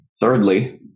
Thirdly